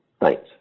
thanks